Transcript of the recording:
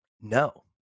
No